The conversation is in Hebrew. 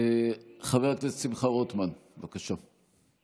חבר הכנסת שמחה רוטמן, בבקשה.